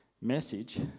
message